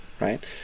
right